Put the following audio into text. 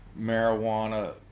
marijuana